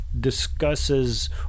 discusses